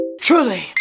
Truly